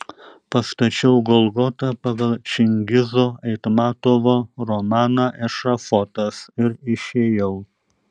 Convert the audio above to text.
pastačiau golgotą pagal čingizo aitmatovo romaną ešafotas ir išėjau